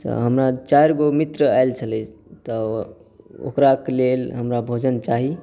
तऽ हमरा चारि गो मित्र आयल छलै तऽ ओकराक लेल हमरा भोजन चाही